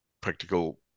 practical